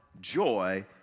joy